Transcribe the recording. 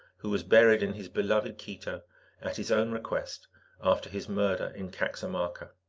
who was buried in his beloved quito at his own request after his murder in caxamarca.